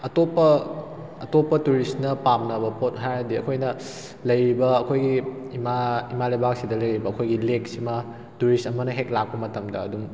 ꯑꯇꯣꯞꯄ ꯑꯇꯣꯞꯄ ꯇꯨꯔꯤꯁꯅ ꯄꯥꯝꯅꯕ ꯄꯣꯠ ꯍꯥꯏꯔꯗꯤ ꯑꯩꯈꯣꯏꯅ ꯂꯩꯔꯤꯕ ꯑꯩꯈꯣꯏꯒꯤ ꯏꯃꯥ ꯏꯃꯥ ꯂꯩꯕꯥꯛꯁꯤꯗ ꯂꯩꯔꯤꯕ ꯑꯩꯈꯣꯏꯒꯤ ꯂꯦꯛꯁꯤꯃ ꯇꯨꯔꯤꯁ ꯑꯃꯅ ꯍꯦꯛ ꯂꯥꯛꯄ ꯃꯇꯝꯗ ꯑꯗꯨꯝ